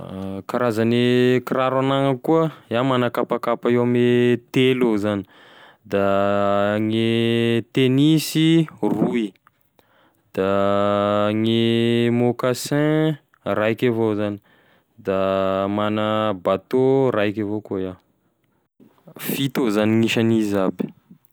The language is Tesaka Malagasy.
Karazane kiraro agnanako koa, iaho magna kapakapa eo amy telo eo zany, da gne tenisy roy, da gne moccassin raika avao zany da magna bateau raika avao koa iaho, fito eo zany gn'isan'izy aby.